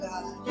God